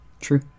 True